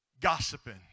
gossiping